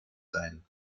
sein